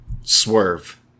Swerve